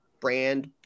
brand